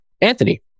Anthony